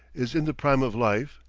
is in the prime of life,